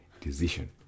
decision